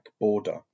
border